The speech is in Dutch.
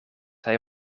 hij